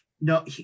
No